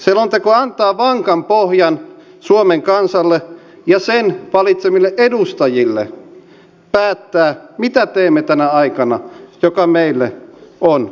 selonteko antaa vankan pohjan suomen kansalle ja sen valitsemille edustajille päättää mitä teemme tänä aikana joka meille on annettu